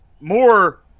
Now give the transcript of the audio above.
more